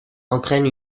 entraîne